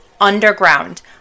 underground